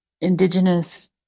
indigenous